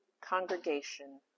congregation